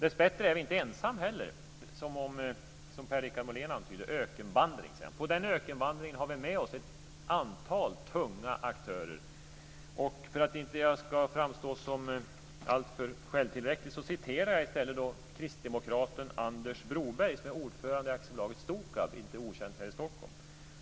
Dessbättre är vi inte heller ensamma, som Per Richard Molén antydde - "ökenvandring", sade han. På den ökenvandringen har vi med oss ett antal tunga aktörer. För att jag inte ska framstå som alltför självtillräcklig citerar jag i stället kristdemokraten Anders Broberg, som är ordförande i AB Stokab, som inte är okänt här i Stockholm.